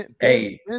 Hey